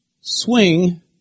swing